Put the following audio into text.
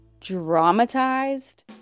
dramatized